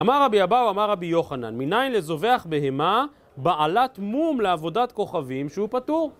אמר רבי אבאו, אמר רבי יוחנן, מיניין לזובח בהמה בעלת מום לעבודת כוכבים שהוא פטור.